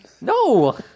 No